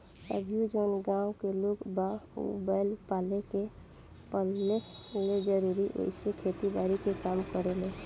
अभीओ जवन गाँव के लोग बा उ बैंल पाले ले अउरी ओइसे खेती बारी के काम करेलें